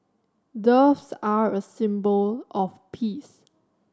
doves are a symbol of peace